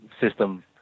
system